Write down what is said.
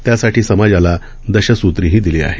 त्यासाठी समाजाला दशसुत्रीही दिली आहे